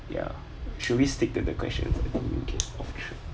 ya should we stick to the question as to prevent off track